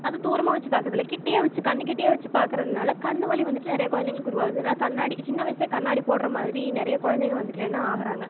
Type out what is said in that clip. அதை தூரமாக வச்சு பார்க்குறது இல்லை கிட்டவே வச்சு கண்ணு கிட்டவே வச்சு பார்க்குறதுனால கண் வழி வந்துட்டு நிறைய குழந்தைகளுக்கு உருவாகுதுனால் கண்ணாடி சின்ன வயசிலே கண்ணாடி போடுற மாதிரி நிறைய குழந்தைகள் வந்துட்டு இல்லைனா ஆகுறாங்கள்